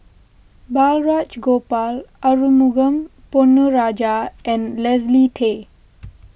Balraj Gopal Arumugam Ponnu Rajah and Leslie Tay